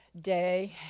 day